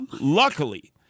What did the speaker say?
Luckily